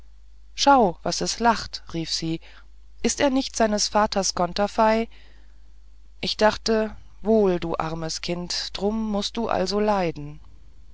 schau was er lacht rief sie ist er nicht seines vaters konterfei ich dachte wohl du armes kind drum mußt du also leiden